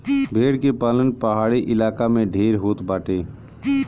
भेड़ के पालन पहाड़ी इलाका में ढेर होत बाटे